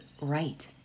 right